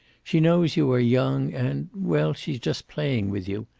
she knows you are young and well, she's just playing with you.